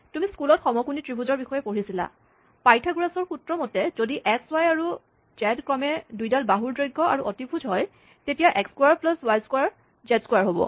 তুমি স্কুলত সমকোণী ত্ৰিভুজৰ বিষয়ে পঢ়িছিলা পাইথাগোৰাছৰ সূত্ৰমতে যদি এক্স ৱাই আৰু জেড ক্ৰমে দুই ডাল বাহুৰ দৈৰ্ঘ আৰু অতিভুজ হয় তেতিয়া এক্স ক্সোৱাৰ প্লাছ ৱাই ক্সোৱাৰ জেড ক্সোৱাৰ হ'ব